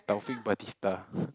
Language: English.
Taufik-Batistah